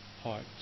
heart